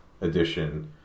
edition